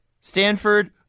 Stanford